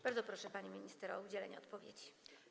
Bardzo proszę, pani minister, o udzielenie odpowiedzi.